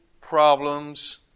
problems